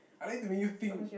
I like to make you think